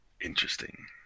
Interesting